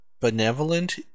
benevolent